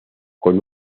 con